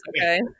okay